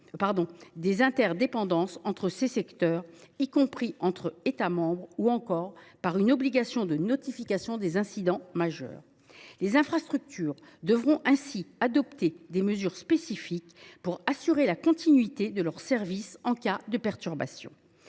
des interdépendances entre ces secteurs, y compris entre États membres, ou encore par une obligation de notification des incidents majeurs. Les opérateurs de ces infrastructures devront ainsi adopter des mesures spécifiques pour assurer la continuité de leurs services en cas de perturbation.